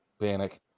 Panic